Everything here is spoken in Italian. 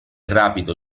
rapido